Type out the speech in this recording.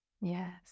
Yes